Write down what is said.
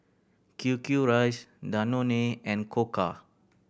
Q Q Rice Danone and Koka